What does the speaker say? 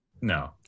No